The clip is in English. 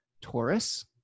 Taurus